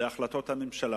להחלטות הממשלה.